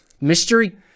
Mystery